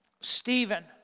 Stephen